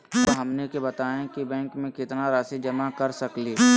रहुआ हमनी के बताएं कि बैंक में कितना रासि जमा कर सके ली?